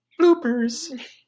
Bloopers